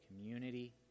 community